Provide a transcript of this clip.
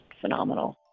phenomenal